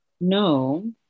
no